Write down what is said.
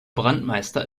brandmeister